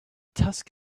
tusk